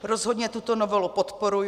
Rozhodně tuto novelu podporuji.